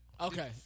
Okay